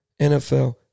NFL